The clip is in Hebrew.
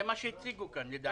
זה מה שהציגו כאן, לדעתי.